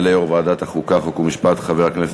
התשע"ג 2013, מאת חברי הכנסת